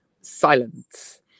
silence